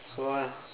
what